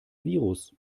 virus